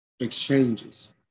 exchanges